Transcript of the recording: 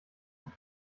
und